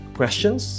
questions